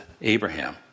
Abraham